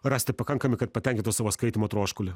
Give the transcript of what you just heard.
rasti pakankami kad patenkintų savo skaitymo troškulį